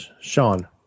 Sean